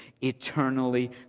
eternally